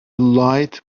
light